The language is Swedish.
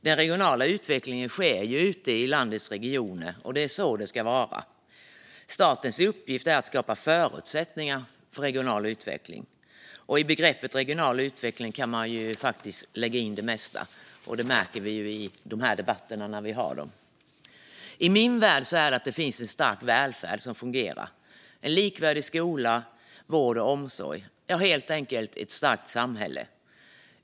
Den regionala utvecklingen sker ute i landets regioner, och det är så det ska vara. Statens uppgift är att skapa förutsättningar för regional utveckling, och i begreppet regional utveckling kan man lägga in det mesta. Det märker vi i de här debatterna när vi har dem. I min värld innebär det att det finns en stark välfärd som fungerar, en likvärdig skola, vård och omsorg - ja, helt enkelt ett starkt samhälle.